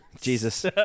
Jesus